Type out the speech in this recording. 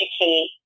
educate